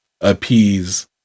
appease